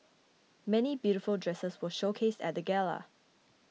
many beautiful dresses were showcased at the gala